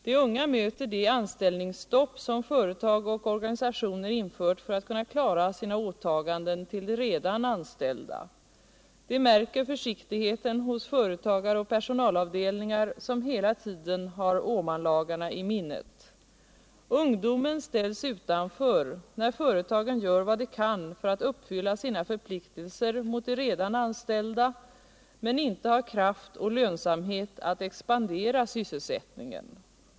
De unga möter det anställningsstopp som företag och organisationer infört för att kunna klara sina åtaganden till de redan anställda. De märker försiktigheten hos företagare och personalavdelningar, som hela tiden har Å manlagarna i minnet. Ungdomen ställs utanför när företagen gör vad de kan för att uppfylla sina förpliktelser mot de redan anställda men inte har kraft och lönsamhet att expandera sysselsättningen.